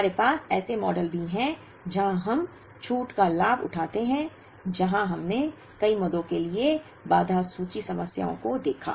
हमारे पास ऐसे मॉडल भी हैं जहां हम छूट का लाभ उठाते हैं जहां हमने कई मदों के लिए बाधा सूची समस्याओं को देखा